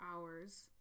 hours